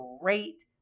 great